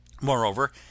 Moreover